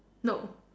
no